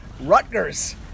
Rutgers